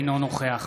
אינו נוכח